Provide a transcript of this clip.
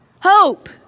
hope